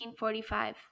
1945